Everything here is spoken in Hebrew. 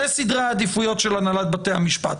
זה סדרי העדיפויות של הנהלת בתי המשפט.